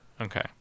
Okay